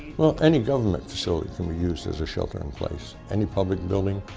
well any government facility can be used as a shelter in place. any public building,